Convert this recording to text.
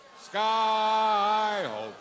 sky